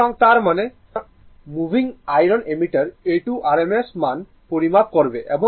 সুতরাং তার মানে moving iron ammeter A 2 RMS মান পরিমাপ করবে এবং এটি r RMS মান